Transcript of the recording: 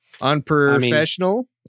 unprofessional